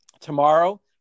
tomorrow